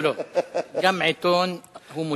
גם עיתון הוא מוצג.